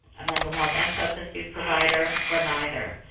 a mental health and substance use provider or neither?